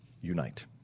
unite